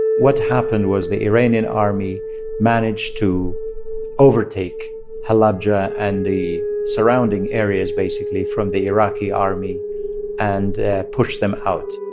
what happened was the iranian army managed to overtake halabja and the surrounding areas, basically, from the iraqi army and push them out.